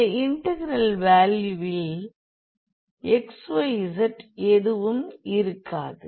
இந்த இன்டெக்ரல் வேல்யூவில் xyz எதுவும் இருக்காது